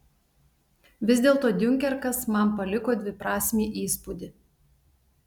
vis dėlto diunkerkas man paliko dviprasmį įspūdį